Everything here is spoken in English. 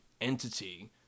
entity